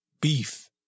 beef